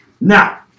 now